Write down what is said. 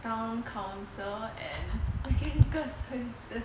town council and assisted services